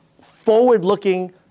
forward-looking